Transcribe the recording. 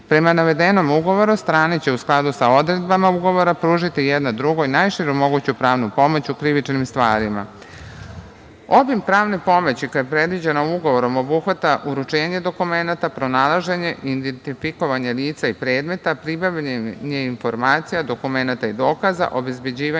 dela. Prema navedenom Ugovoru, strane će u skladu sa odredbama Ugovora, pružiti jedna drugoj najširu moguću pravnu pomoć u krivičnim stvarima. Obim pravne pomoći koja je predviđena ugovorom obuhvata uručenje dokumenata, pronalaženje, identifikovanje lica i predmeta, pribavljanje informacija, dokumenata i dokaza, obezbeđivanje